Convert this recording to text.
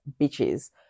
bitches